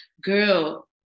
girl